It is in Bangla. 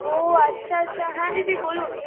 ও আচ্ছা আচ্ছা হ্যাঁ দিদি বলুন